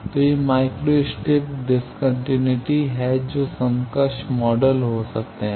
तो ये micro strip discontinuity हैं जो समकक्ष मॉडल हो सकते हैं